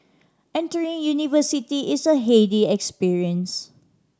entering university is a heady experience